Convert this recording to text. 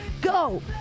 Go